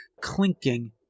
clinking